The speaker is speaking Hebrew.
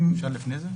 אפשר לפני זה?